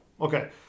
Okay